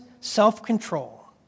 self-control